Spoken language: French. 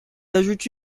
ajoute